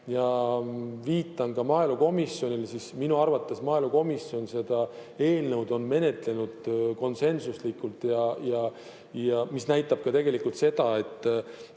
ja viitan ka maaelukomisjonile, siis minu arvates maaelukomisjon on seda eelnõu menetlenud konsensuslikult. See näitab tegelikult seda, et